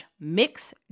mix